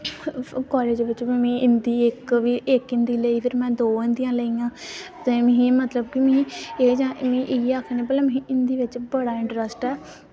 ते कॉलेज़ बिच बी में हिंदी इक्क हिंदी लेई फिर में दौ हिंदी लेइयां ते में इयै आक्खनी की मिगी हिंदी बिच बड़ा इंटरस्ट ऐ